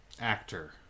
actor